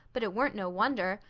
but it weren't no wonder,